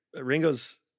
Ringo's